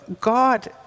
God